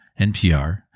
NPR